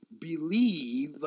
believe